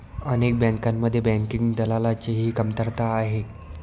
अनेक बँकांमध्ये बँकिंग दलालाची ही कमतरता आहे